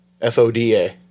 F-O-D-A